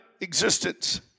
existence